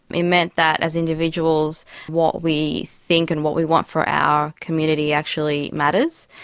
it meant that as individuals what we think and what we want for our community actually matters.